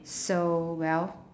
so well